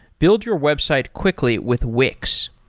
build your website quickly with wix.